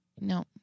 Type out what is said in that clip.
No